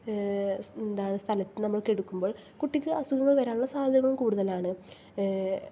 എന്താണ് സ്ഥലത്ത് നമ്മൾ കിടക്കുമ്പോൾ കുട്ടിക്ക് അസുഖങ്ങൾ വരാനുള്ള സാദ്ധ്യതകൾ കൂടുതലാണ്